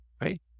right